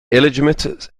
illegitimate